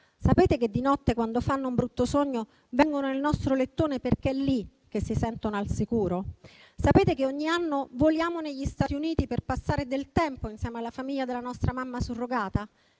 Sapete che di notte, quando fanno un brutto sogno, vengono nel nostro lettone, perché è lì che si sentono al sicuro? Sapete che ogni anno voliamo negli Stati Uniti per passare del tempo insieme alla famiglia della nostra mamma surrogata?